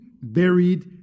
buried